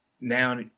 now